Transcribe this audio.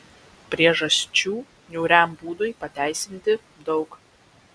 priežasčių niūriam būdui pateisinti daug